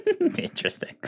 Interesting